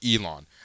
Elon